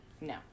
No